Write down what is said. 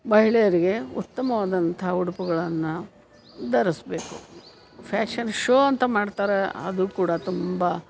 ಮಹಿಳೆಯರಿಗೆ ಉತ್ತಮವಾದಂಥ ಉಡುಪುಗಳನ್ನು ಧರಿಸಬೇಕು ಫ್ಯಾಷನ್ ಷೋ ಅಂತ ಮಾಡ್ತಾರೆ ಅದು ಕೂಡ ತುಂಬ